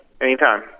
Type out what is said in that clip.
Anytime